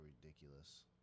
ridiculous